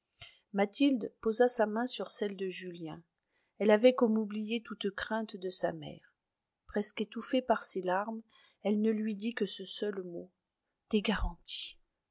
mathilde posa sa main sur celle de julien elle avait comme oublié toute crainte de sa mère presque étouffée par ses larmes elle ne lui dit que ce seul mot des garanties